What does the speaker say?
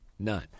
None